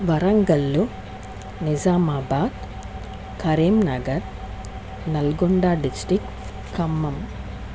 Warangal Nizamabad Karimnagar Nalgonda district Khammam